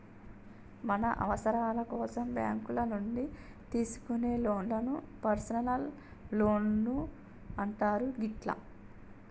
మన అవసరాల కోసం బ్యేంకుల నుంచి తీసుకునే లోన్లను పర్సనల్ లోన్లు అంటారు గిట్లా